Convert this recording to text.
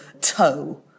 toe